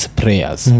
prayers